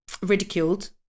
ridiculed